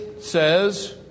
says